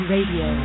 Radio